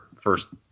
first